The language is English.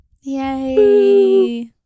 Yay